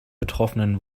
betroffenen